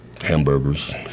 Hamburgers